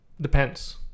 depends